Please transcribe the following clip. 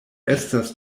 estas